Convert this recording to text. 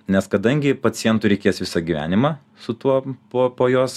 nes kadangi pacientui reikės visą gyvenimą su tuo po po jos